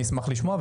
אני אשמח לשמוע.